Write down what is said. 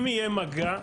אם יהיה מגע,